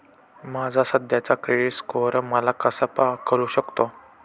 माझा सध्याचा credit score मला कसा कळू शकतो?